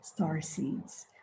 starseeds